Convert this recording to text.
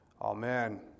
Amen